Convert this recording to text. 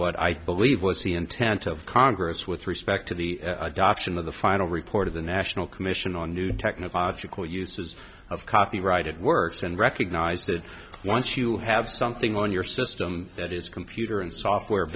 leave was the intent of congress with respect to the adoption of the final report of the national commission on new technological uses of copyrighted works and recognize that once you have something on your system that is computer and software